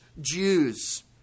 Jews